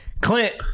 Clint